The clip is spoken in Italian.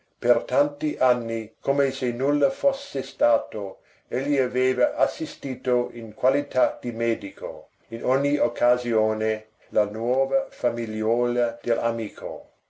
per tanti anni come se nulla fosse stato egli aveva assistito in qualità di medico in ogni occasione la nuova famigliuola dell'amico